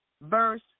Verse